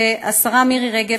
השרה מירי רגב,